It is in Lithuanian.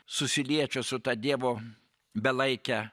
susiliečia su ta dievo belaike